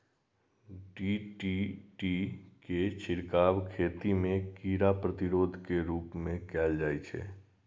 DDT के छिड़काव खेती मे कीड़ा प्रतिरोधी के रूप मे कैल जाइ छै